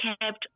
kept